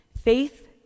Faith